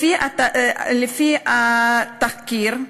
לפי התחקיר,